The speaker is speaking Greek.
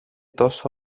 τόσο